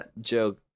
joke